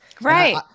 Right